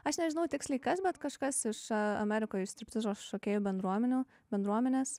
aš nežinau tiksliai kas bet kažkas iš amerikoj striptizo šokėjų bendruomenių bendruomenės